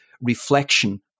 reflection